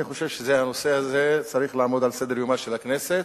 אני חושב שהנושא הזה צריך לעמוד על סדר-יומה של הכנסת.